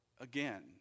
Again